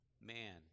man